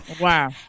Wow